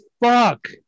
fuck